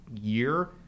year